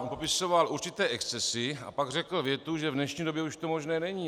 On popisoval určité excesy a pak řekl větu, že v dnešní době už to možné není.